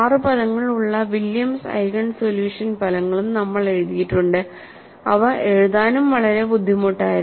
ആറ് പദങ്ങൾ ഉള്ള വില്യംസ് ഐഗേൻ സൊല്യൂഷൻ ഫലങ്ങളും നമ്മൾ എഴുതിയിട്ടുണ്ട് അവ എഴുതാനും വളരെ ബുദ്ധിമുട്ടായിരുന്നു